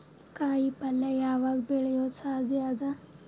ಕಾಯಿಪಲ್ಯ ಯಾವಗ್ ಬೆಳಿಯೋದು ಸಾಧ್ಯ ಅದ?